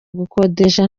gukodesha